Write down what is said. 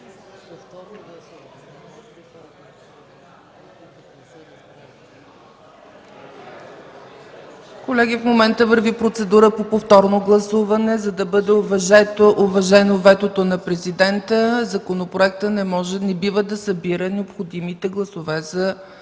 Колеги, в момента върви процедура по повторно гласуване, за да бъде уважено ветото на Президента. Законопроектът не бива да събира необходимите гласове за